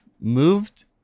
moved